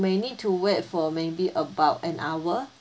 may need to wait for maybe about an hour